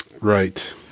right